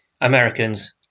Americans